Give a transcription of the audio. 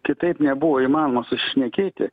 kitaip nebuvo įmanoma susišnekėti